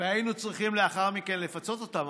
והיינו צריכים לאחר מכן לפצות אותם,